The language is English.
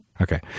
Okay